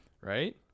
Right